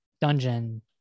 dungeon